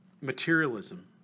materialism